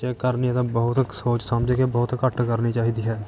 ਜੇ ਕਰਨੀ ਤਾਂ ਬਹੁਤ ਸੋਚ ਸਮਝ ਕੇ ਬਹੁਤ ਘੱਟ ਕਰਨੀ ਚਾਹੀਦੀ ਹੈ